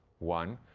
one.